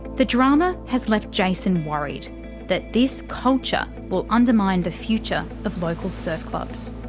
the drama has left jayson worried that this culture will undermine the future of local surf clubs.